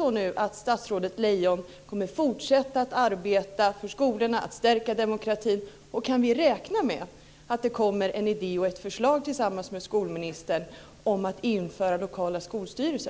om statsrådet Lejon kommer att fortsätta att arbeta för att stärka demokratin i skolorna. Kan vi räkna med att det kommer en idé och ett förslag från statsrådet och skolministern om att införa lokala skolstyrelser?